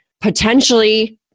potentially